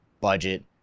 budget